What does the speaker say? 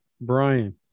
Brian